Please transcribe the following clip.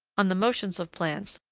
on the motions of plants,